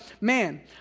man